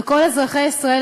וכל אזרחי ישראל,